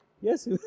Yes